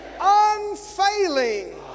unfailing